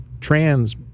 trans